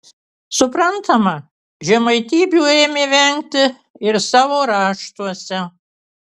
suprantama žemaitybių ėmė vengti ir savo raštuose